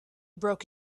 broke